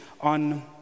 on